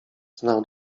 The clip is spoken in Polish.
znał